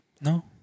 No